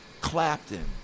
Clapton